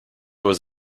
was